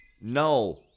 No